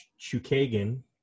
ChuKagan